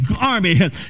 army